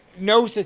no